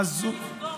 מזוז,